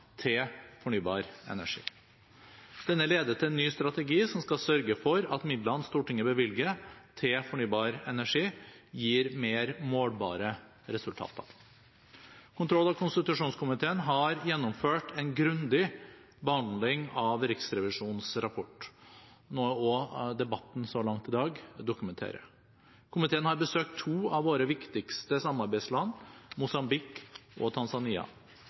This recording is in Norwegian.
til fornybar energi. Denne leder til en ny strategi som skal sørge for at midlene Stortinget bevilger til fornybar energi, gir mer målbare resultater. Kontroll- og konstitusjonskomiteen har gjennomført en grundig behandling av Riksrevisjonens rapport, noe også debatten så langt i dag dokumenterer. Komiteen har besøkt to av våre viktigste samarbeidsland: Mosambik og